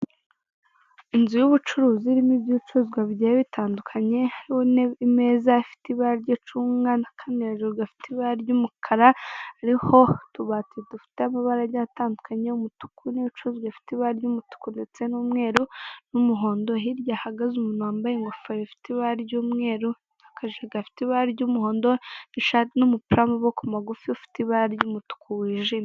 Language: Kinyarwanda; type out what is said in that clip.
Inzu y'ubucuruzi irimo ibicuruzwa bitandukanye, irimo imeza ifite ibara ry'icunga n'aka hejuru gafite ibara ry'umukara rehotubati dufite amabara atandukanye umutuku n'ibicuruzwa bifite ibara ry'umutuku ndetse n'umweru n'umuhondo hirya ahahagaze umuntu wambaye ingofero ifite ibara ry'umweru akajire gafite ibara ry'umuhondo n'umupira w'amaboko magufi ufite ibara ry'umutuku wijimye.